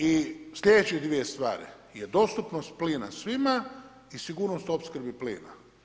I sljedeće dvije stvari je dostupnost plina svima i sigurnost u opskrbi plina.